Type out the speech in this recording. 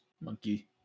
monkey